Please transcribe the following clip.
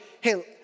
hey